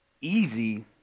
easy